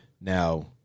Now